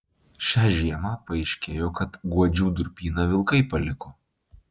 šią žiemą paaiškėjo kad guodžių durpyną vilkai paliko